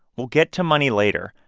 we'll get to money later,